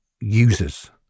users